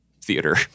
theater